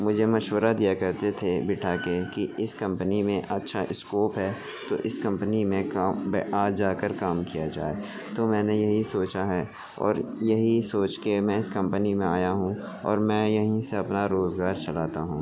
مجھے مشورہ دیا کرتے تھے بٹھا کے کہ اس کمپنی میں اچھا اسکوپ ہے تو اس کمپنی میں کام پہ آ جا کر کام کیا جائے تو میں نے یہی سوچا ہے اور یہی سوچ کے میں اس کمپنی میں آیا ہوں اور میں یہیں سے اپنا روزگار چلاتا ہوں